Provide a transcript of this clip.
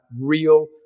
real